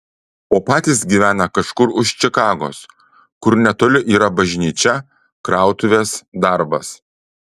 o patys gyvena kažkur už čikagos kur netoli yra bažnyčia krautuvės darbas